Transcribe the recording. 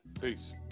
Peace